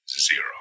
zero